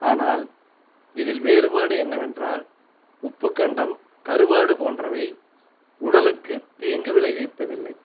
ஆனால் இதில் வேறுபாடு என்னவென்றால் உப்புக்கண்டம் கருவாடு போன்றவை உடலுக்கு தீங்கு விளைவிப்பதில்லை